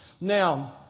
Now